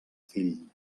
fill